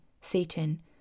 Satan